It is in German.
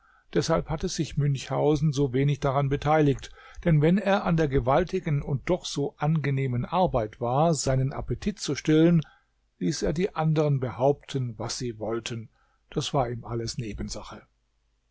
deshalb hatte sich münchhausen so wenig daran beteiligt denn wenn er an der gewaltigen und doch so angenehmen arbeit war seinen appetit zu stillen ließ er die andern behaupten was sie wollten das war ihm alles nebensache